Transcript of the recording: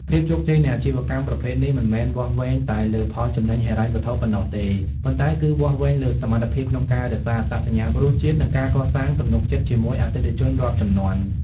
ភាពជោគជ័យនៃអាជីវកម្មប្រភេទនេះមិនមែនវាស់វែងតែលើផលចំណេញហិរញ្ញវត្ថុប៉ុណ្ណោះទេ ប៉ុន្តែគឺវាស់វែងលើសមត្ថភាពក្នុងការរក្សាអត្តសញ្ញាណរសជាតិ និងការកសាងទំនុកចិត្តជាមួយអតិថិជនរាប់ជំនាន់។